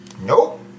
Nope